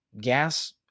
gas